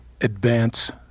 advance